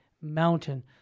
mountain